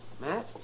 Matt